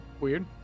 Weird